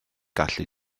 gallu